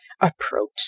approach